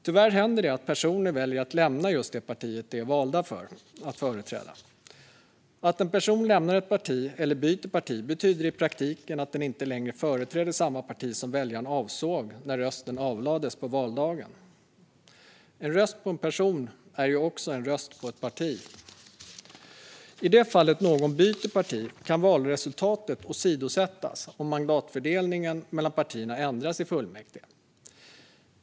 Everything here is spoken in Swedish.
Tyvärr händer det att personer väljer att lämna just det parti de är valda att företräda. Att en person lämnar ett parti eller byter parti betyder i praktiken att den inte längre företräder samma parti som väljaren avsåg när rösten lades på valdagen. En röst på en person är ju också en röst på ett parti. I det fall någon byter parti kan valresultatet åsidosättas om mandatfördelningen mellan partierna ändras i fullmäktige.